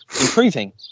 improving